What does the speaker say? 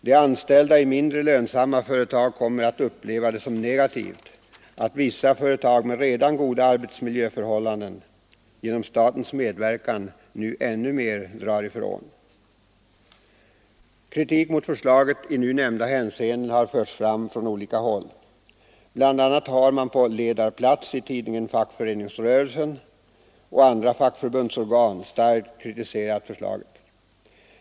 De anställda i mindre lönsamma företag kommer att uppleva det som negativt att vissa företag med redan goda arbetsmiljöförhållanden genom statens medverkan nu ännu mer drar ifrån. Kritik mot förslaget i nu nämnda hänseende har förts fram från flera håll. Bl. a. har man på ledarplats i tidningen Fackföreningsrörelsen och även i andra fackförbundsorgan starkt kritiserat förslaget.